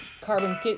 carbon